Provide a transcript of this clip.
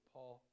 Paul